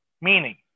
Meaning